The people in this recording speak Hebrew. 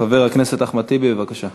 חבר הכנסת אחמד טיבי, בבקשה.